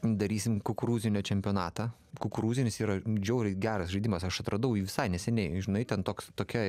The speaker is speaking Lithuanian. darysim kukurūzinio čempionatą kukurūzinis yra žiauriai geras žaidimas aš atradau jį visai neseniai žinai ten toks tokia